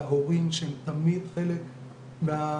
להורים שהם תמיד חלק מהעניין,